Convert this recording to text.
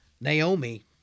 Naomi